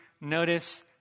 notice